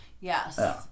Yes